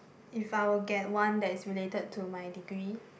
if I would get one that is related to my degree